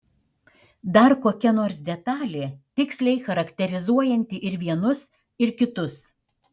dar kokia nors detalė tiksliai charakterizuojanti ir vienus ir kitus